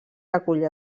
acollir